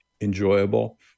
enjoyable